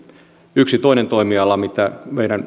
yksi toinen toimiala mitä meidän